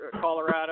Colorado